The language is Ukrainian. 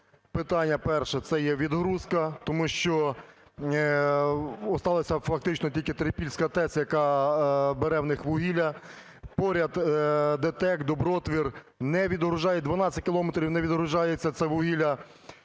Питання перше – це є відгрузка. Тому що осталася фактично Трипільська ТЕЦ, яка бере у них вугілля. Поряд ДТЕК "Добротвір" не відгружає, 12 кілометрів не відгружається це вугілля.